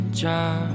job